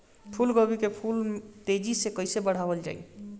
फूल गोभी के फूल तेजी से कइसे बढ़ावल जाई?